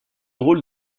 rôle